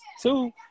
Two